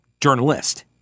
journalist